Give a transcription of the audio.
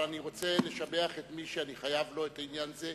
אבל אני רוצה לשבח את מי שאני חייב לו את העניין הזה.